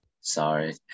Sorry